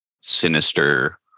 Sinister